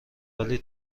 ولی